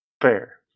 Fair